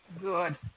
Good